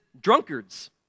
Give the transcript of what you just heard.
drunkards